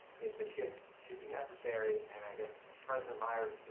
if the shift should be necessary and i guess president myers,